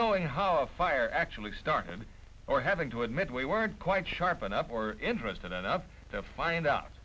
knowing how a fire actually started or having to admit we weren't quite sharp enough or interested enough to find out